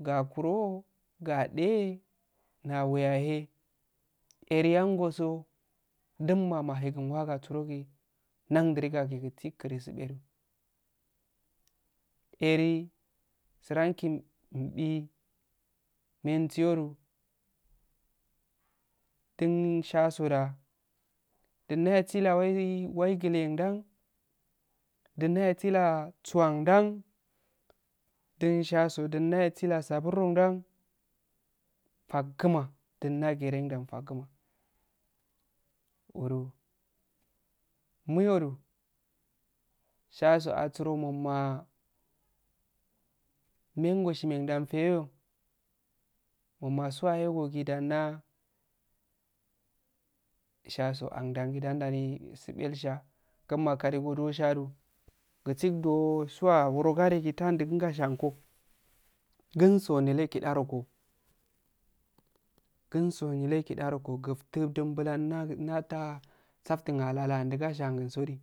rakuro gade dawe yahe are angoso dimma mahegin waga tsogi nda dirigage gokigi keri subedu eri tseranki empi mensi yodu dinsha soda dinda asila wai nte nda dinda asila suwa ndan din shaso dinda asila sabur nondan fakquma dinda gerendan fakguma uro mu yodu shaso asuro mumah mengo shemin da feyeyo muma suwa hegogi dande shago andan gi danda de sabel sha gun maka ri godo shadu gisido suwa a woro gade gi atadu gunga shanko gunso nte kida roko ginso ne kida roko kefti dinbulanna saftun alal nduga sha angunsodi